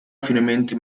finemente